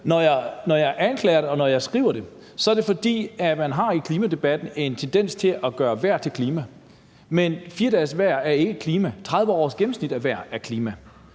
Når jeg anviser det, og når jeg skriver det, så er det, fordi man i klimadebatten har en tendens til at gøre vejr til klima, men 4 dages vejr er ikke klima. 30 års gennemsnit af vejr er klima,